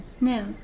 No